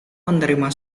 menerima